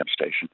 station